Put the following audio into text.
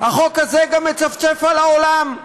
החוק הזה גם מצפצף על העולם.